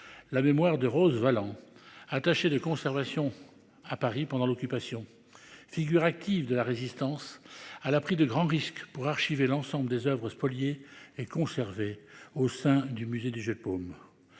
la mémoire de Rose Valland, attachée de conservation à Paris pendant l'Occupation figurative de la résistance à l'a pris de grands risques pour archiver l'ensemble des Oeuvres spoliées et conserver au sein du musée du Jeu de paume.